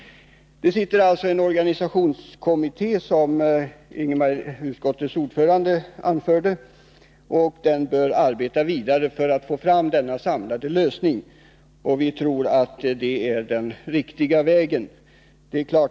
Som utskottets ordförande Ingemar Eliasson anförde är en organisationskommitté tillsatt, och den bör arbeta vidare för att få fram denna samlade lösning. Vi tror att det är den riktiga vägen att gå.